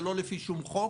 זה לא לפי שום חוק,